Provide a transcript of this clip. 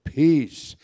peace